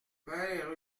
père